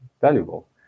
valuable